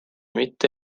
mitte